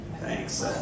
Thanks